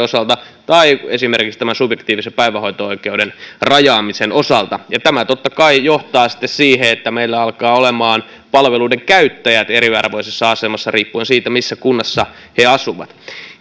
osalta tai esimerkiksi tämän subjektiivisen päivähoito oikeuden rajaamisen osalta tämä totta kai johtaa sitten siihen että meillä alkavat olemaan palveluiden käyttäjät eriarvoisessa asemassa riippuen siitä missä kunnassa he asuvat